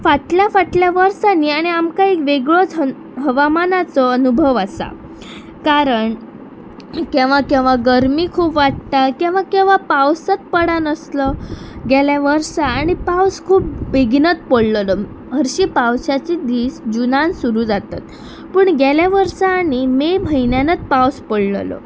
फाटल्या फाटल्या वर्सांनी आनी आमकां एक वेगळोच हवामानाचो अनुभव आसा कारण केवां केवां गरमी खूब वाडटा केवां केवां पावसच पडानासलो गेल्या वर्सा आनी पावस खूब बेगीनत पडलेलो हरशीं पावसाची दीस जुनान सुरू जातात पूण गेल्या वर्सा आनी मे म्हयन्यानच पावस पडललो